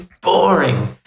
boring